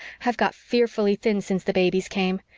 i've got fearfully thin since the babies came.